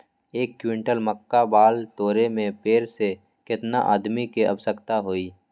एक क्विंटल मक्का बाल तोरे में पेड़ से केतना आदमी के आवश्कता होई?